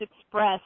express